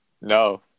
No